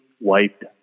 wiped